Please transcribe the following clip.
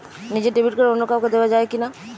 নিজের debit card অন্য কাউকে দেওয়া যায় কি না?